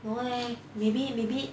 don't know leh maybe maybe